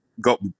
got